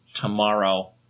tomorrow